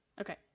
Okay